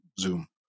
Zoom